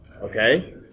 Okay